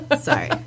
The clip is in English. Sorry